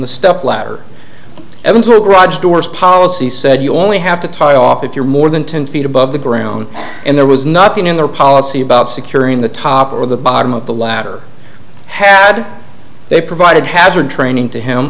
the step ladder evans her garage doors policy said you only have to tie off if you're more than ten feet above the ground and there was nothing in their policy about securing the top or the bottom of the latter had they provided hazard training to him